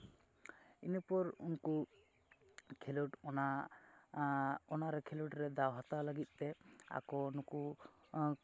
ᱤᱱᱟᱹᱯᱚᱨ ᱩᱱᱠᱩ ᱠᱷᱮᱞᱳᱰ ᱚᱱᱟ ᱚᱱᱟᱨᱮ ᱠᱷᱮᱞᱳᱰ ᱨᱮ ᱫᱟᱣ ᱦᱟᱛᱟᱣ ᱞᱟᱹᱜᱤᱫᱛᱮ ᱚᱠᱳ ᱱᱩᱠᱩ